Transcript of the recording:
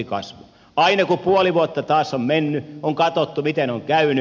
aina kun puoli vuotta taas on mennyt on katsottu miten on käynyt